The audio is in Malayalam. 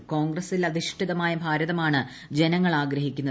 ക്ടോൺഗ്രസിൽ അധിഷ്ഠിതമായ ഭാരതമാണ് ജനങ്ങൾ ആഗ്രഹീക്കുന്നത്